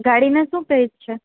ગાડીના શું પ્રાઇસ છે